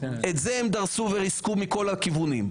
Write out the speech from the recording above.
את זה הם דרסו וריסקו מכל הכיוונים.